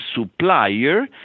supplier